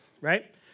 right